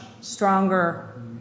stronger